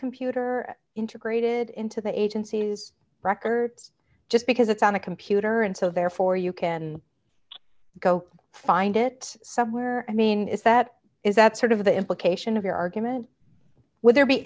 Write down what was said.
computer integrated into the agency's records just because it's on a computer and so therefore you can go find it somewhere i mean is that is that sort of the implication of your argument would there be